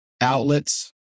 outlets